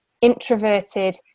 introverted